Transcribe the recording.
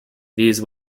these